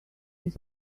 this